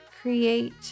create